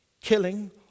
killing